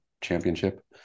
championship